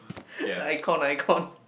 like icon icon